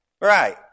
Right